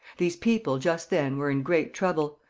these people, just then, were in great trouble.